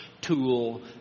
tool